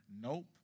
Nope